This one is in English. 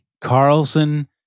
carlson